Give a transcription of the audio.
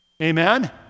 Amen